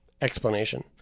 explanation